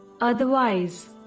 otherwise